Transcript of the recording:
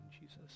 Jesus